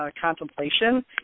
contemplation